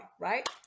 right